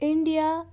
India